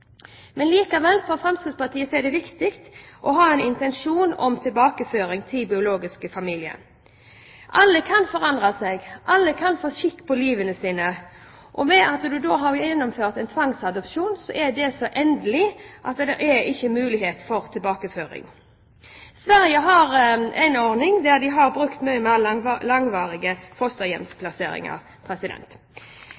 Men for Fremskrittspartiet er det likevel viktig å ha en intensjon om tilbakeføring til den biologiske familien. Alle kan forandre seg, alle kan få skikk på livet sitt. Men det å gjennomføre en tvangsadopsjon er så endelig at det ikke er mulighet for tilbakeføring. Sverige har en ordning der de har brukt mye mer langvarige